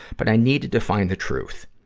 but i needed to find the truth.